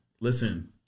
listen